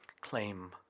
claim